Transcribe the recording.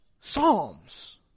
Psalms